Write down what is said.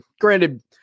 Granted